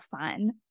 fun